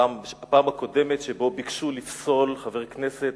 הפעם הקודמת שבה ביקשו לפסול חבר כנסת,